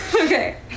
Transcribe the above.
Okay